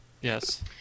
Yes